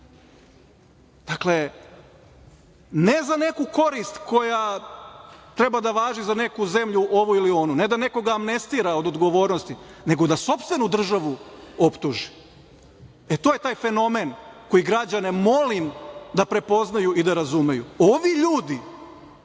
ne za neku korist koja treba da važi za neku zemlju, ovu ili onu, ne da nekog amnestira od odgovornosti, nego da sopstvenu državu optuži. E, to je taj fenomen koji građane molim da prepoznaju i da razumeju. Ovi ljudi